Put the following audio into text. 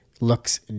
looks